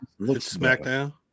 smackdown